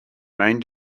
main